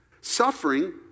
suffering